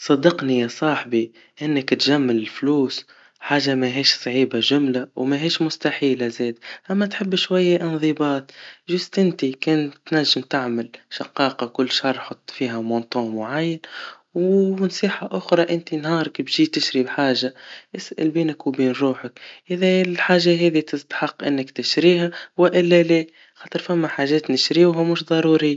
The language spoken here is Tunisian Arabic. صدقني يا صاحبي, إنك تجم الفلوس حاجة مهيش صعيبة جملة, ومهيش مستحيلة زيد, أما تحب شوية إنضباط, جست إنت كنت تنجم تعمل شقاقا كل شهر حط فيها مونطون معين, ونصيحا أخرى انت نهارك بجي تشري حاجة, اسأل بينك وبين روحك, إذا الحاجا هي تستحق إنك تشريها وإلا لا, نشريهم ومش ضروريا.